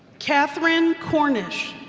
katherine cornish